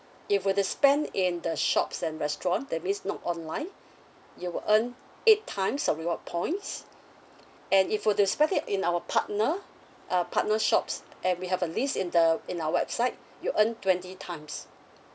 if were to spend in the shops and restaurant that means not online you will earn eight times of reward points and if were to spend it in our partner uh partner shops and we have a list in the in our website you earn twenty times